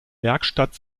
werkstatt